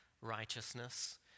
righteousness